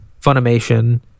Funimation